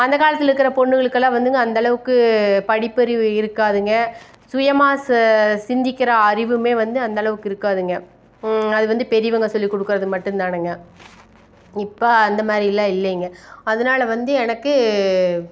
அந்த காலத்தில் இருக்கிற பொண்ணுகளுக்கெல்லாம் வந்துங்க அந்தளவுக்கு படிப்பறிவு இருக்காதுங்க சுயமாக ச சிந்திக்கின்ற அறிவுமே வந்து அந்தளவுக்கு இருக்காதுங்க அது வந்து பெரியவங்க சொல்லிக் கொடுக்கறது மட்டும் தானுங்க இப்போ அந்த மாதிரி எல்லாம் இல்லைங்க அதனால வந்து எனக்கு